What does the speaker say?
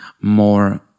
more